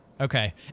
Okay